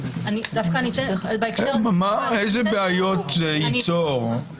איזה בעיות זה ייצור?